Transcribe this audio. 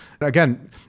again